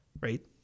right